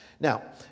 Now